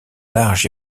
large